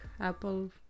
Apple